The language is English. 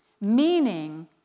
meaning